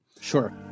Sure